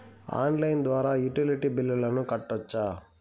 Online ద్వారా utility బిల్లులను కట్టొచ్చా?